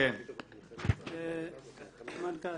מנכ"ל